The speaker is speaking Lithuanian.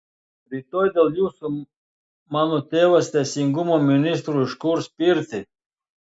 rytoj dėl jūsų mano tėvas teisingumo ministrui užkurs pirtį